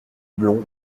blond